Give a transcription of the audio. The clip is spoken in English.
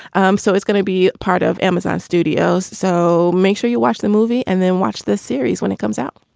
um so it's going to be part of amazon studios. so make sure you watch the movie and then watch this series when it comes out.